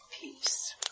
peace